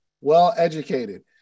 well-educated